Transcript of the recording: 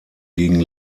gegen